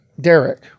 Derek